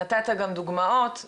יש לנו נציגים דוברי שפות עברית,